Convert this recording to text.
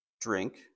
drink